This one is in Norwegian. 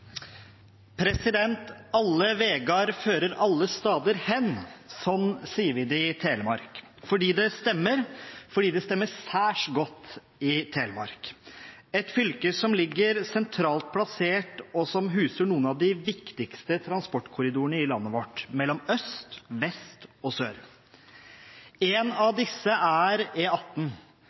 i Telemark fordi det stemmer særs godt i Telemark, et fylke som ligger sentralt plassert og som huser noen av de viktigste transportkorridorene i landet vårt, mellom øst, vest og sør. En av disse er